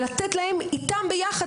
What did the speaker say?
איתם ביחד,